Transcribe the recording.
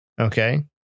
Okay